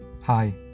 Hi